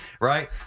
Right